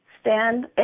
stand